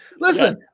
listen